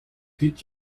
did